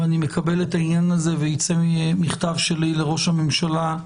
ואני מקבל את העניין הזה וייצא מכתב שלי לראש הממשלה,